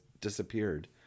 disappeared